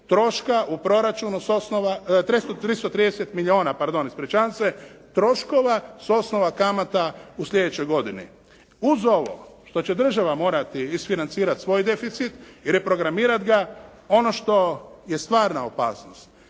troška u proračunu, 330 milijuna, pardon, ispričavam se troškova s osnova kamata u sljedećoj godini. Uz ovo što će država morati isfinancirati svoj deficit, reprogramirat ga, ono što je stvarna opasnost